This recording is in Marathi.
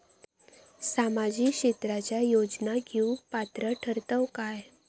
सामाजिक क्षेत्राच्या योजना घेवुक पात्र ठरतव काय?